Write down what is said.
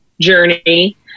journey